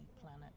planet